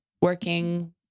working